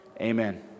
Amen